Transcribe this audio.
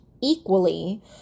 equally